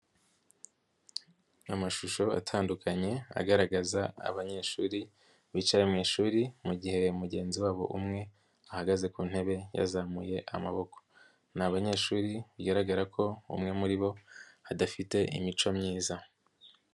Amashusho atandukanye agaragaza abanyeshuri bicaye mu ishuri mu gihe mugenzi wabo umwe ahagaze ku ntebe yazamuye amaboko, ni abanyeshuri bigaragara ko umwe muri bo adafite imico myiza.